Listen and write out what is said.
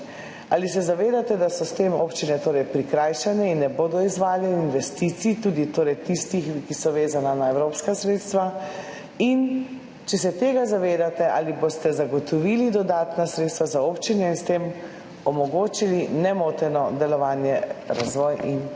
Ali se zavedate, da so s tem občine prikrajšane in ne bodo izvajale investicij, tudi tistih, ki so vezana na evropska sredstva? Če se tega zavedate, ali boste zagotovili dodatna sredstva za občine in s tem omogočili nemoteno delovanje, razvoj in